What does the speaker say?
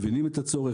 מבינים את הצורך,